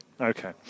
Okay